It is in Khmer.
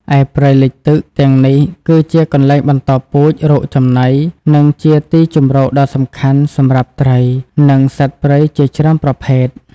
ឯព្រៃលិចទឹកទាំងនេះគឺជាកន្លែងបន្តពូជ រកចំណី និងជាទីជម្រកដ៏សំខាន់សម្រាប់ត្រី និងសត្វព្រៃជាច្រើនប្រភេទ។